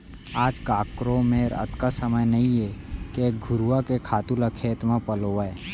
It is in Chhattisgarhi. आज काकरो मेर अतका समय नइये के घुरूवा के खातू ल खेत म पलोवय